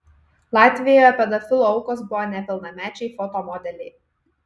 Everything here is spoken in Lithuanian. latvijoje pedofilų aukos buvo nepilnamečiai foto modeliai